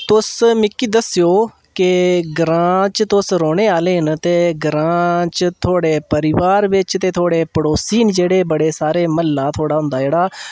तुस मिकी दस्सेओ के ग्रांऽ च तुस रौह्ने आह्ले न ते ग्रांऽ च थुआढ़े परिवार बिच ते थुआढ़े पड़ोसी न जेह्ड़े बड़े सारे म्ह्ल्ला थुआढ़ा होंदा जेह्ड़ा